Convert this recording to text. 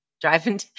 driving